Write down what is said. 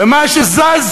ומה שזז